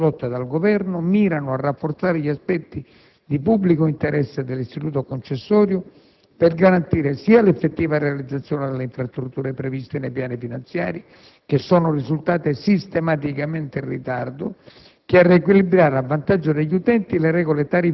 Anche in questo caso le nuove normative introdotte dal Governo mirano a rafforzare gli aspetti di pubblico interesse dell'istituto concessorio per garantire sia l'effettiva realizzazione delle infrastrutture previste nei piani finanziari, che sono risultate sistematicamente in ritardo,